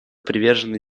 привержены